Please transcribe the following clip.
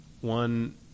one